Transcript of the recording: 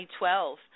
2012